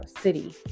city